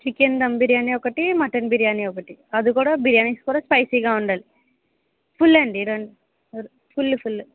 chicken dum biryani ఒకటి mutton biryani ఒకటి అది కూడా బిర్యానీస్ కూడా స్పైసీగా ఉండాలి ఫుల్లండి రెండు ఫుల్లు ఫుల్లు